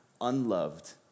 unloved